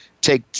take